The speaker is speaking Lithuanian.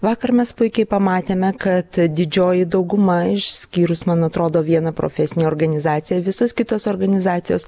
vakar mes puikiai pamatėme kad didžioji dauguma išskyrus man atrodo vieną profesinę organizaciją visos kitos organizacijos